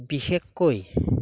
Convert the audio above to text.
বিশেষকৈ